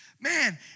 man